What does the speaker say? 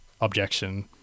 objection